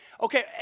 Okay